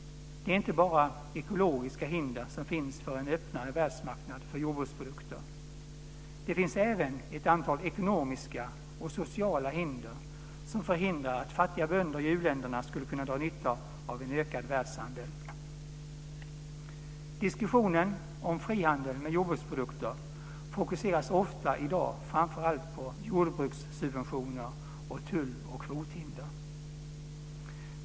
Det är inte bara ekologiska hinder som finns för en öppnare världsmarknad för jordbruksprodukter. Det finns även ett antal ekonomiska och sociala hinder som förhindrar att fattiga bönder i u-länderna ska kunna dra nytta av en ökad världshandel. Diskussionen om frihandel med jordbruksprodukter fokuseras i dag ofta på framför allt jordbrukssubventioner och tull och kvothinder.